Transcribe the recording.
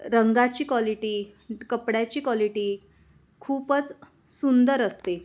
रंगाची कॉलिटी कपड्याची कॉलिटी खूपच सुंदर असते